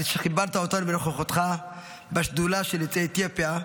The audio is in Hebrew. על זה שכיבדת אותנו בנוכחותך בשדולה של יוצאי אתיופיה,